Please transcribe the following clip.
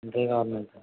central government